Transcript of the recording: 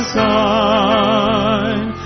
sign